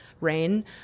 rain